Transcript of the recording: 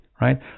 right